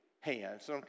hands